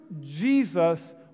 Jesus